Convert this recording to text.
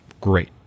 great